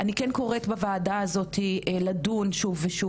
אני כן קוראת בוועדה הזאת לדון שוב ושוב